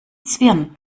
zwirn